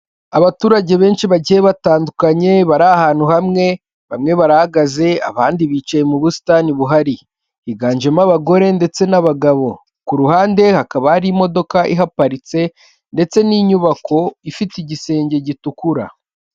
Abaturage benshi bagiye batandukanye bari ahantu hamwe, bamwe barahagaze, abandi bicaye mu busitani buhari. Higanjemo abagore ndetse n'abagabo, ku ruhande hakaba hari imodoka ihaparitse ndetse n'inyubako ifite igisenge gitukura.